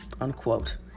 unquote